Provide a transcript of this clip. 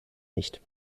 nicht